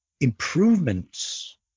improvements